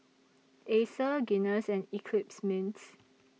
Acer Guinness and Eclipse Mints